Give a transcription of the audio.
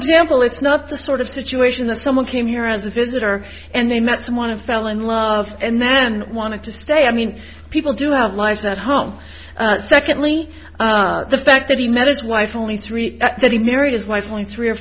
example it's not the sort of situation the someone came here as a visitor and they met someone and fell in love and then wanted to stay i mean people do have lives at home secondly the fact that he met his wife only three that he married his wife only three or